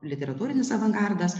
literatūrinis avangardas